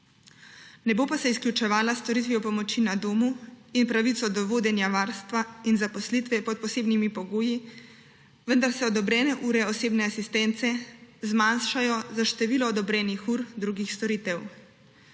Ne bo pa se izključevala s storitvijo pomoči na domu in pravico do vodenja, varstva in zaposlitve pod posebnimi pogoji, vendar se odobrene ure osebne asistence zmanjšajo za število odobrenih ur drugih storitev.